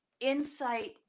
insight